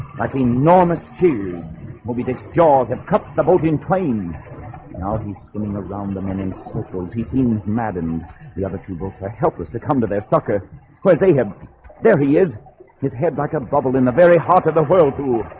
like enormous cheese will be dicks jaws have cut the bulge in twain now he's swimming around them and in circles, he seems mad and the other two books are helpless to come to their sucker where's a him there? he is his head back a bubble in the very heart of the world well,